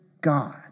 God